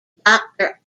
doctor